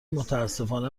متأسفانه